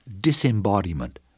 disembodiment